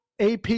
AP